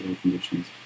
conditions